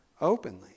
openly